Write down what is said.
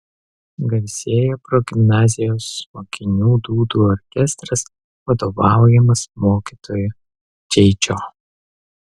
garsėjo progimnazijos mokinių dūdų orkestras vadovaujamas mokytojo čeičio